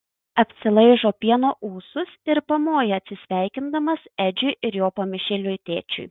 apsilaižo pieno ūsus ir pamoja atsisveikindamas edžiui ir jo pamišėliui tėčiui